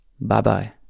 bye-bye